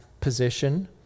position